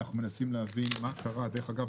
אנחנו מנסים להבין מה קרה - דרך אגב,